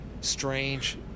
strange